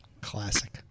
Classic